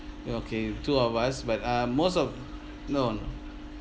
okay two of us but uh most of no no